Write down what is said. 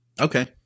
Okay